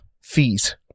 fees